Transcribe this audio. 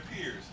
peers